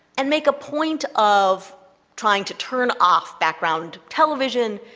and make a point of trying to turn off background television,